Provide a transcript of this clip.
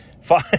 fine